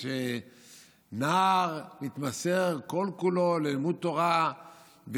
של נער שהתמסר כל-כולו ללימוד תורה,